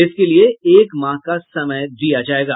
इसके लिये एक माह का समय दिया जायेगा